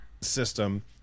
system